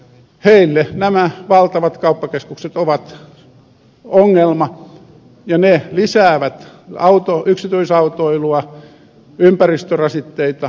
heille nämä valtavat kauppakeskukset ovat ongelma ja ne lisäävät yksityisautoilua ympäristörasitteita